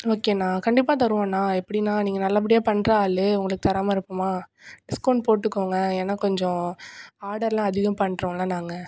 ஓகேண்ணா கண்டிப்பாக தருவோம்ண்ணா எப்படிண்ணா நீங்கள் நல்லப்படியாக பண்ணுற ஆள் உங்களுக்கு தராமல் இருப்போமா டிஸ்கவுண்ட் போட்டுக்கோங்க ஏன்னா கொஞ்சம் ஆர்டரெலாம் அதிகம் பண்ணுறோம்ல நாங்கள்